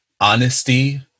honesty